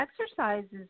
exercises